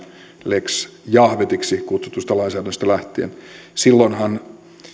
lex jahvetiksi kutsutusta lainsäädännöstä lähtien silloinhan